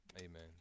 Amen